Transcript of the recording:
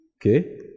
Okay